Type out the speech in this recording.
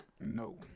No